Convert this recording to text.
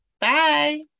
Bye